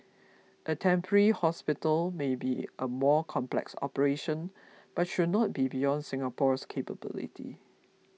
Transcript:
a temporary hospital may be a more complex operation but should not be beyond Singapore's capability